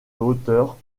hauteur